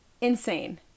insane